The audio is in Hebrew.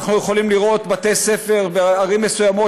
אנחנו יכולים לראות שבערים מסוימות